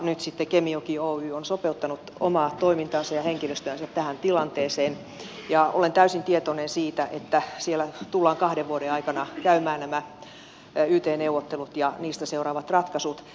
nyt sitten kemijoki oy on sopeuttanut omaa toimintaansa ja henkilöstöänsä tähän tilanteeseen ja olen täysin tietoinen siitä että siellä tullaan kahden vuoden aikana käymään nämä yt neuvottelut ja niistä seuraavat ratkaisut